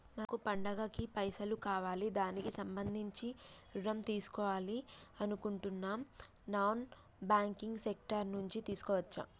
నాకు పండగ కి పైసలు కావాలి దానికి సంబంధించి ఋణం తీసుకోవాలని అనుకుంటున్నం నాన్ బ్యాంకింగ్ సెక్టార్ నుంచి తీసుకోవచ్చా?